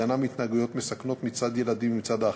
הגנה מהתנהגויות מסכנות מצד הילדים ומצד האחרים.